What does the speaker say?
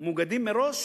מאוגדים מראש